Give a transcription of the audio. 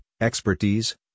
expertise